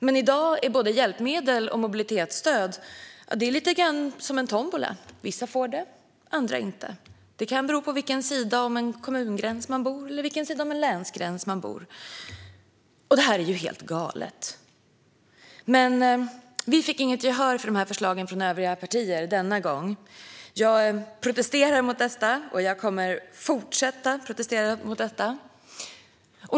Men när det gäller både hjälpmedel och mobilitetsstöd är det i dag lite grann som en tombola: vissa får det, andra får det inte. Det kan bero på vilken sida om en kommungräns eller en länsgräns som man bor. Detta är helt galet. Men vi fick inget gehör för dessa förslag från övriga partier denna gång. Jag protesterade mot detta, och jag kommer att fortsätta att protestera mot detta.